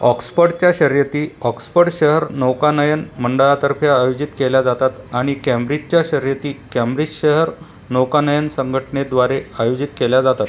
ऑक्सपर्डच्या शर्यती ऑक्सपर्ड शहर नौकानयन मंडळातर्फे आयोजित केल्या जातात आणि कॅम्ब्रिजच्या शर्यती कॅम्ब्रिज शहर नौकानयन संघटनेद्वारे आयोजित केल्या जातात